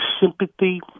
sympathy